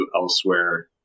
elsewhere